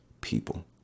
people